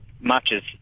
matches